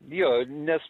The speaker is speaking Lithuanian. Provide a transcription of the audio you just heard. jo nes